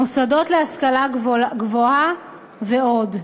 מוסדות להשכלה גבוהה ועוד.